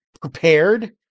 prepared